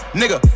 nigga